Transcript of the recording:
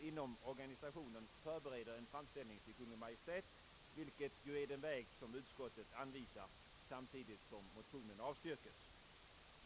Inom organisationen förbereder vi nu en framställning till Kungl. Maj:t, vilket ju är den väg som utskottet anvisar, samtidigt som motionen avstyrkes.